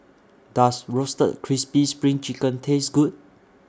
Does Roasted Crispy SPRING Chicken Taste Good